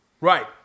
Right